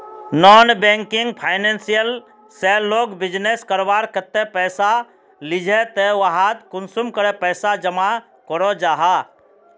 Non banking financial से लोग business करवार केते पैसा लिझे ते वहात कुंसम करे पैसा जमा करो जाहा?